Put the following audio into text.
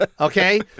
okay